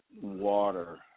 water